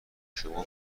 شما